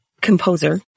composer